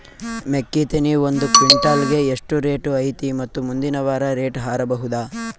ಮೆಕ್ಕಿ ತೆನಿ ಒಂದು ಕ್ವಿಂಟಾಲ್ ಗೆ ಎಷ್ಟು ರೇಟು ಐತಿ ಮತ್ತು ಮುಂದಿನ ವಾರ ರೇಟ್ ಹಾರಬಹುದ?